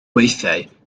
weithiau